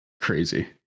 Crazy